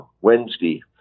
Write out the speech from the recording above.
Wednesday